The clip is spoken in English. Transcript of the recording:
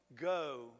go